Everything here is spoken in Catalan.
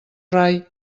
rai